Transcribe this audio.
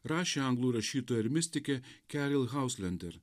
rašė anglų rašytoja ir mistikė keril hauslender